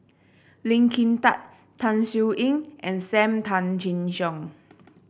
Lee Kin Tat Tan Siew Sin and Sam Tan Chin Siong